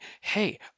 hey